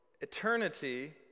eternity